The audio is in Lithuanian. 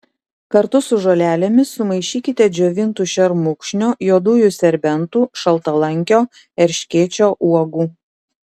kartu su žolelėmis sumaišykite džiovintų šermukšnio juodųjų serbentų šaltalankio erškėčio uogų